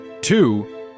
two